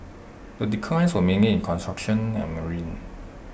the declines were mainly in construction and marine